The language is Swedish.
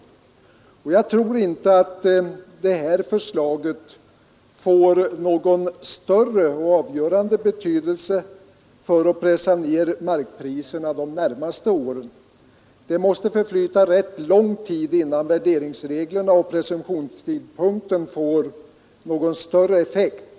egring som beror på samhällsut Jag tror inte att det här förslaget får någon större och mera avgörande betydelse för att pressa ner markpriserna de närmaste åren — det måste förflyta rätt lång tid innan värderingsreglerna och presumtionstidpunkten får någon större effekt.